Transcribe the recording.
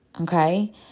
okay